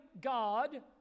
God